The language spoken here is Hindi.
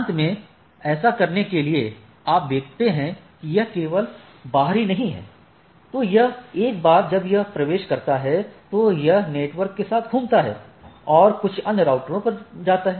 अंत में ऐसा करने के लिए आप देखते हैं कि यह केवल बाहरी नहीं है तो यह एक बार जब यह प्रवेश करता है तो यह नेटवर्क के साथ घूमता है और कुछ अन्य राउटरों पर जाता है